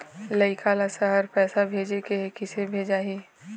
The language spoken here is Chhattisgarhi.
लइका ला शहर पैसा भेजें के हे, किसे भेजाही